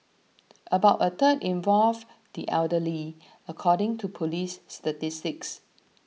about a third involved the elderly according to police statistics